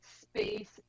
Space